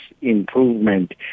improvement